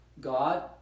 God